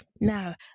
Now